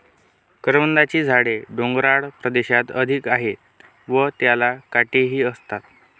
करवंदाची झाडे डोंगराळ प्रदेशात अधिक आहेत व त्याला काटेही असतात